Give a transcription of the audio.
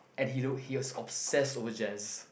and he he was obsessed over Jazz